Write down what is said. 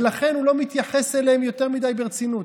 ולכן הוא לא מתייחס אליהם יותר מדי ברצינות.